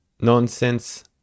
nonsense